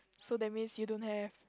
so that means you don't have